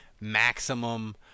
maximum